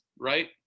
right